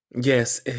Yes